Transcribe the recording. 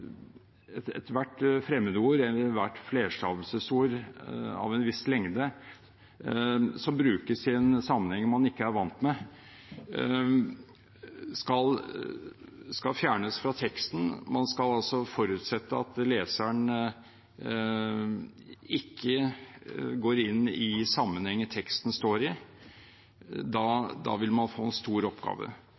ethvert fremmedord eller ethvert flerstavelsesord av en viss lengde som brukes i en sammenheng man ikke er vant til, skal fjernes fra teksten – man skal altså forutsette at leseren ikke går inn i den sammenhengen teksten står i – vil man få en stor oppgave.